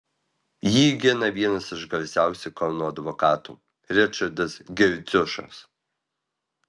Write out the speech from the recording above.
jį gina vienas iš garsiausių kauno advokatų ričardas girdziušas